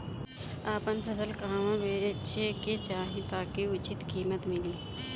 आपन फसल कहवा बेंचे के चाहीं ताकि उचित कीमत मिली?